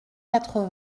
quatre